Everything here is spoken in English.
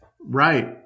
right